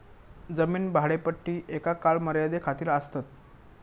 जमीन भाडेपट्टी एका काळ मर्यादे खातीर आसतात